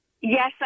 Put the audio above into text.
Yes